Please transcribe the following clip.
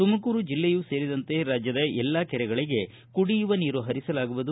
ತುಮಕೂರು ಜಿಲ್ಲೆಯೂ ಸೇರಿದಂತೆ ರಾಜ್ಯದ ಎಲ್ಲಾ ಕೆರೆಗಳಿಗೆ ಕುಡಿಯುವ ನೀರು ಹರಿಸಲಾಗುವುದು